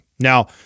Now